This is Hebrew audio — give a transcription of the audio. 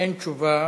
אין תשובה